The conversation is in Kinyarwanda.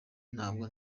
ntabwo